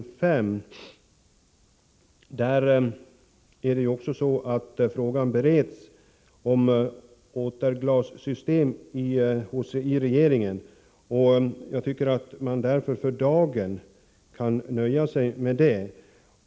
Inom regeringskansliet bereds frågan om återglassystem, och jag tycker att man för dagen borde kunna nöja sig med detta.